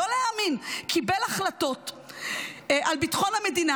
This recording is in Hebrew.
לא להאמין: "קיבל החלטות --- על ביטחון המדינה